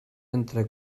entre